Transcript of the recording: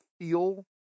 feel